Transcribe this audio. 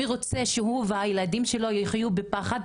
מי רוצה שהוא והילדים שלו יחיו בפחד?